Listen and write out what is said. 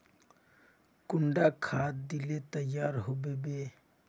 कुंडा खाद दिले तैयार होबे बे?